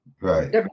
right